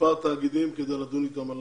מספר תאגידים כדי לדון איתם על